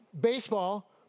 baseball